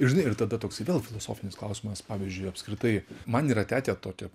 žinai ir tada toksai vėl filosofinis klausimas pavyzdžiui apskritai man yra tekę tokią